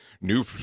New